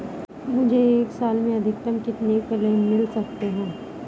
मुझे एक साल में अधिकतम कितने क्लेम मिल सकते हैं?